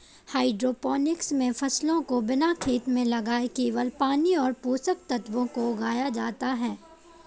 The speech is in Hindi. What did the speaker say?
हाइड्रोपोनिक्स मे फसलों को बिना खेत में लगाए केवल पानी और पोषक तत्वों से उगाया जाता है